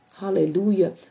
Hallelujah